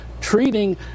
treating